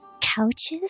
Couches